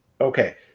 Okay